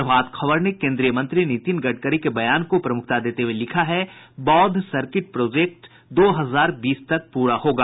प्रभात खबर ने केन्द्रीय मंत्री नितिन गडकरी के बयान को प्रमुखता देते हुए लिखा है बौद्ध सर्किट प्रोजेक्ट दो हजार बीस तक पूरा होगा